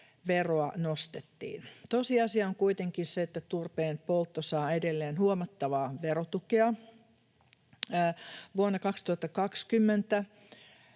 veroa nostettiin. Tosiasia on kuitenkin se, että turpeenpoltto saa edelleen huomattavaa verotukea. Vuonna 2020,